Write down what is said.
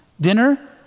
dinner